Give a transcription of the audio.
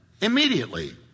immediately